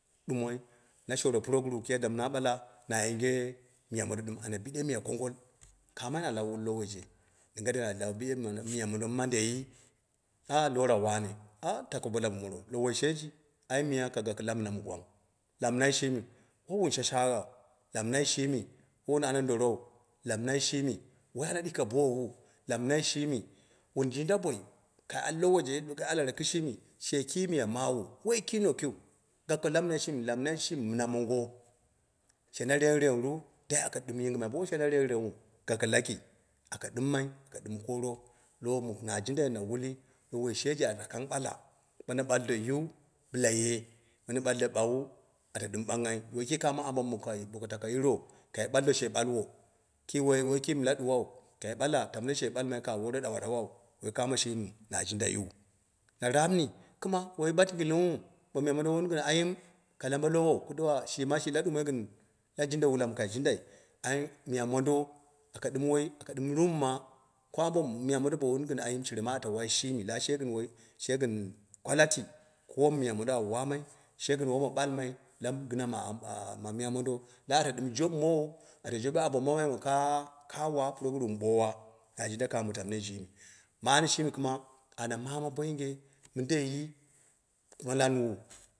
Dmmoi na shoore puroguru kim yadda mɨna ɓala na yinge mɨyan mondo ana ɓiɗe miya dɨm kongol kamal, na lau wul lowoi je ɗinga da na lau bide biɗe miya mondo mɨ mandu, ah lora wane ah bako bo bambɨmoro, bowoi sheji, ai miya ka kako la mina mi gwang lamnaii shimi, wowun shashaaghau lamnai shimi wowon ana ndorou lamnaishimi woi ana dike bou lamnai shimi wun jinda boi, ka al yo woi ji yadda ka alara kshion shi kii miya mawu, wiu kii nokiu bo ka gako lamnai shimi lamnai shimi mina mongo she na rengrengru? Dai aka ɗim yingɨmai bo woi she na rengrengnghu gako laki aka ɗimmi aka ɗim kooro lowo sheji ata kang ɓala, bona ɓaldo yu jila ye, bona ɓaldo ba wu ata ɗim ɓangnghai woi kii, woi kii kamo ambo bu mɨ kai, bo ka tako yiro kai ɓaldo she ɓalwow, kii woi, woi kiim la ɗawau kai ɓal tamno she ɓalmai kaa wore ɗawau woi kamo shimiu na jindaiyu, na raapni kima woi batingilingnhu, bo mi ya mondo wun gin ayim, ka lambe lowo, kɨduwa shima la ɗumoi gɨn la jin wula mɨ kai jindai, ai miya mondo aka dɨm woi aka ɗɨm rumma ko ambo bo mmiya mondo shere ma ata wai shimi, la she gɨn woi, she gɨn kwalati ko miya mondo awu wamai she gɨn woma ɓalmai la gina ma ma miya mond la anta ɗɨm joɓimowo aba joɓe ambo mami mi ka wa mɨ, puroguru ɓo wa, na jinda kame tamnoi, sheji, maani shini kɨma ana ma bo yinge mindei? Mwanando.